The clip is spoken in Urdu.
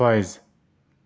فیض